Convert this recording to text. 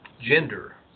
gender